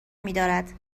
میدارد